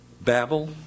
Babel